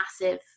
massive